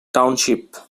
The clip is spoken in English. township